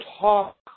talk